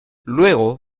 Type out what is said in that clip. luego